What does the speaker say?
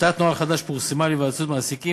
טיוטת נוהל חדש פורסמה להיוועצות במעסיקים,